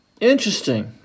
Interesting